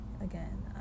again